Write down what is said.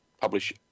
publish